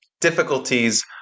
difficulties